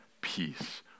peace